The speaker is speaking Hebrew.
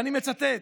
ואני מצטט: